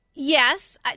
Yes